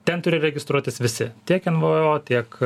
ten turi registruotis visi ten nvo tiek